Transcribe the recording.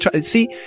See